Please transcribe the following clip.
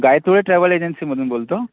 Gaytule travel एजंसीमधून बोलतो